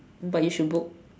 but you should book